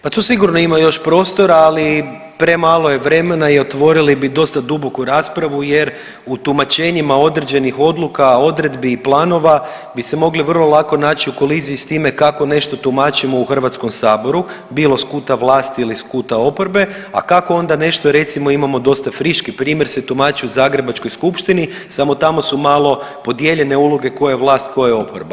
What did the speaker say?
Pa tu sigurno ima još prostora, ali premalo je vremena i otvorili bi dosta duboku raspravu jer u tumačenjima određenih odluka, odredbi i planova bi se mogli vrlo lako naći u koliziji sa time kako nešto tumačimo u Hrvatskom saboru bilo s kuta vlasti ili s kuta oporbe, a kako onda nešto recimo imamo dosta friški primjer se tumači u Zagrebačkoj skupštini, samo tamo su malo podijeljene uloge tko je vlast, tko je oporba.